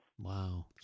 Wow